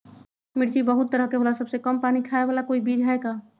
मिर्ची बहुत तरह के होला सबसे कम पानी खाए वाला कोई बीज है का?